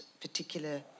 particular